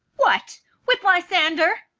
what! with lysander?